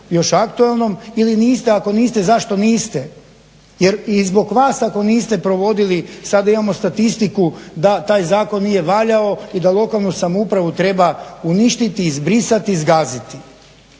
još aktualnom ili niste, ako niste zašto niste? Jer i zbog vas ako niste provodili sada imamo statistiku da taj zakon nije valjao i da lokalnu samoupravu treba uništiti, izbrisati i zgaziti.